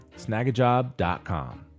Snagajob.com